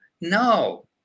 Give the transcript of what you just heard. No